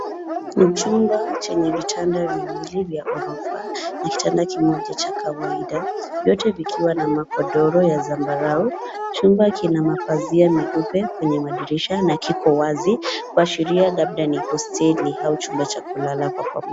Ni chumba chenye vitanda viwili vya ghorofa na kitanda kimoja cha kawaida vyote vikiwa na magodoro ya zambarau. Chumba kina mapazia meupe kwenye madirisha na kiko wazi kuashiria labda ni hosteli au chumba cha kulala kwa pamoja.